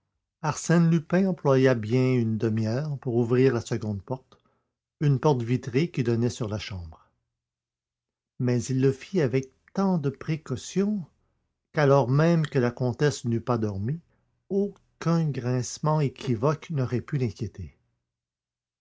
arsène lupin employa bien une demi-heure pour ouvrir la seconde porte une porte vitrée qui donnait sur la chambre mais il le fit avec tant de précaution qu'alors même que la comtesse n'eût pas dormi aucun grincement équivoque n'aurait pu l'inquiéter